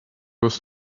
was